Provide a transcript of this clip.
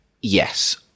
yes